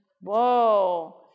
Whoa